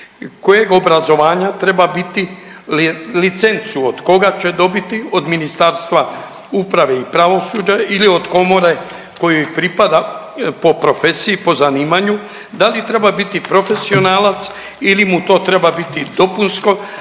Kojeg obrazovanja treba biti, licencu od koga će dobiti, od Ministarstva uprave i pravosuđa ili od komore koji pripada po profesiji, po zanimanju? Da li treba biti profesionalac ili mu to treba biti dopunsko